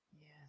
Yes